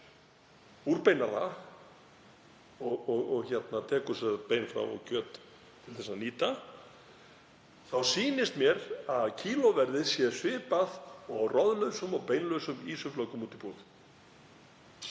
úrbeinar það, og tekur bein frá og kjöt til þess að nýta, þá sýnist mér að kílóverðið sé svipað og á roðlausum og beinlausum ýsuflökum út úr búð.